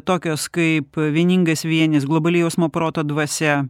tokios kaip vieningas vienis globali jausmo proto dvasia